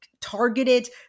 targeted